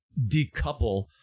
decouple